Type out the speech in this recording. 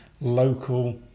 local